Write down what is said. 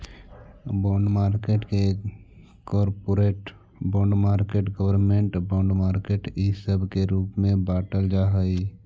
bond market के corporate bond market government bond market इ सब के रूप में बाटल जा हई